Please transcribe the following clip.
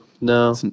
no